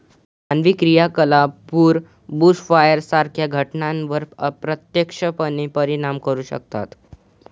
मानवी क्रियाकलाप पूर आणि बुशफायर सारख्या घटनांवर अप्रत्यक्षपणे परिणाम करू शकतात